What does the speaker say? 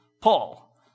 Paul